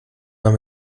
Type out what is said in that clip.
man